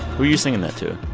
were you singing that to?